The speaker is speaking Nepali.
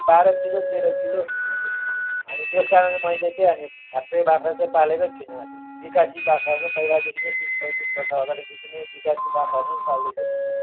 बाह्र किलो तेह्र किलो अनि त्यस कारणले मैले चाहिँ अनि ठ्याप्के बाख्रा चाहिँ पालेकै छुइनँ अहिले बिकासी बाख्राहरू पहिल्यैदेखि नै तिस पैँतिस वर्ष अगाडिदेखि नै बिकासी बाख्राहरू नै पाल्दैछु